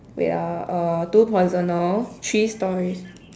wait ah uh two personal three stories